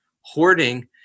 Hoarding